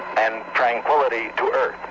and tranquillity to earth.